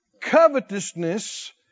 covetousness